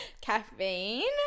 caffeine